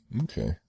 Okay